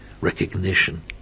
recognition